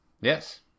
Yes